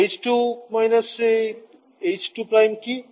TC এবং H 2 H 2 কী